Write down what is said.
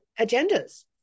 agendas